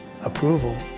approval